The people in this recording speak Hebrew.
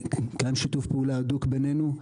קיים שיתוף פעולה הדוק בינינו.